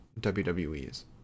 WWE's